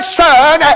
son